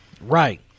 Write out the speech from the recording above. Right